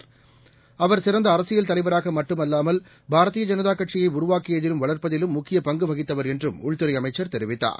வாஜ்பாய் சிறந்த அரசியல் தலைவராக மட்டுமில்லாமல் பாரதீய ஜனதா கட்சியை உருவாக்கியதிலும் வளர்ப்பதிலும் முக்கிய பங்கு வகித்தவர் என்றும் உள்துறை அமைச்சர் தெரிவித்தார்